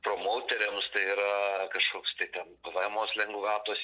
promauteriams tai yra kažkoks tai ten pvemos lengvatos